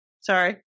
Sorry